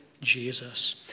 Jesus